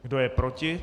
Kdo je proti?